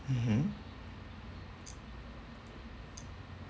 mmhmm